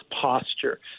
posture